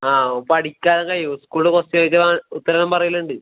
ആ പഠിക്കാൻ കഴിയും ഉസ്കൂള് ക്വസ്റ്റ്യൻ ചോദിച്ചാൽ ഓൻ ഉത്തരം പറയലുണ്ട്